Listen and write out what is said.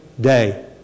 day